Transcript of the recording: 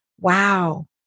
wow